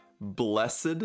blessed